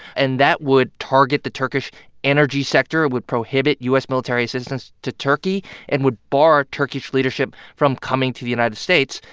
and that would target the turkish energy sector. it would prohibit u s. military assistance to turkey and would bar turkish leadership from coming to the united states.